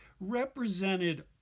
represented